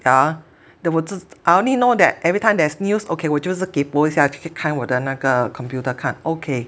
yeah then 我只 I only know that everytime there's news okay 我就是 kaypoh 一下去看我的那个 computer 看 okay